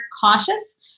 cautious